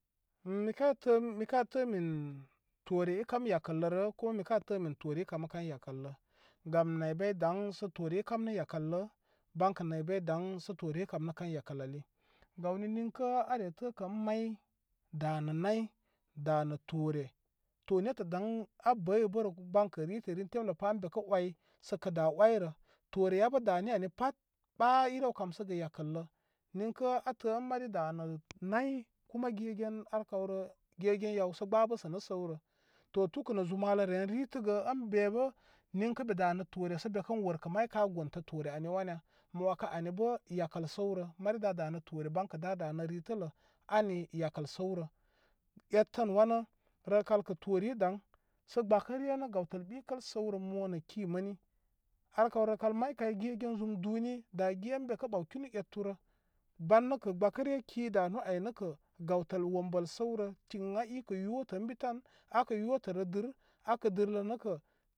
Min mika təə-mika təə min toore i kam yakəl lə rəə', ko mika təə min toore i kamə kan yakələ. Gam nar bay daŋ sə toore i kam nə yakələ, ban kə na bay daŋ sə toore i kam nə kan yakəl ali. Gawni ninkə aa re təə kə ən may da nə nay da nə toore. To netə' daŋ abəy bə' bərə ban kə' rii tə rin temlə pa ən be kə wai sə kə dā wai rə toore yabə dani ani pat baa i rew kam səgə yakə lə. Niŋkə aa təə ən mari da' nə' nāy kuma gyəgən ar kaw rə gyəgən yaw sə gbabəsə, nə səw rə, to tu'kə' nə' zum malə, ren riitə gə ən be bə niŋkə be danə toore sə be kə workə' may ka gontə toore ani wanya mo wakə ani bə yakə səwrə. Mari da' da'nə toore ban kə da' danə riitə lə ani yakəi səwrə. Etən, wanə, rəkal kə' toore i, daŋ, sə gbakə ryə gawtəl boikəl səw rən mo nə' kii mani. Ar kaw rəkal may kay gyəgon zum duu'ni, daa gyə ən be kə', boaw kinu etu rə, ban nə kə' ban nə' kə' gbakə ryə ki danu ai nə kə gawtəl wombəl səw rə, tinŋa i kə yotən bi tan akə' yotə rə dɨr akə' dɨr lə nə kə.